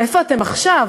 איפה אתם עכשיו?